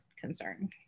concern